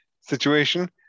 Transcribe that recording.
situation